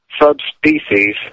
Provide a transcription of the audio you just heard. subspecies